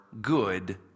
good